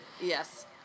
Yes